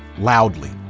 loudly.